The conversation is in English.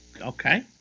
Okay